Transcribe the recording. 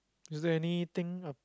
is there anything